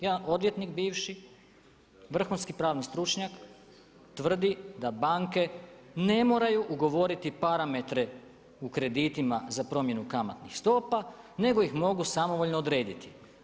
Jedan odvjetnik bivši, vrhunski pravni stručnjak tvrdi da banke ne moraju ugovoriti parametre u kreditima za promjenu kamatnih stopa nego ih mogu samovoljno odrediti.